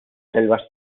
selvas